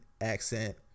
accent